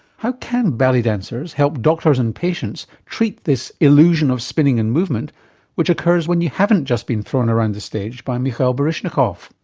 how can ballet dancers help doctors and patients treat this illusion of spinning and movement which occurs when you haven't just been thrown around the stage by mikhail baryshnikov?